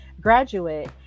graduate